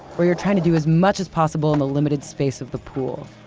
where you're trying to do as much as possible in the limited space of the pool,